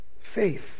Faith